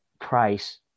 price